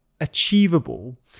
achievable